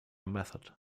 method